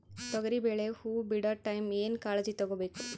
ತೊಗರಿಬೇಳೆ ಹೊವ ಬಿಡ ಟೈಮ್ ಏನ ಕಾಳಜಿ ತಗೋಬೇಕು?